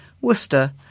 Worcester